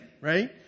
right